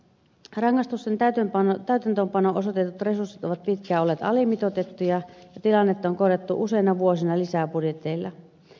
rangaistusten täytäntöönpanoon osoitetut resurssit ovat pitkään olleet alimitoitettuja ja tilannetta on korjattu useina vuosina lisäbudjeteilla